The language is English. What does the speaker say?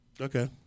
Okay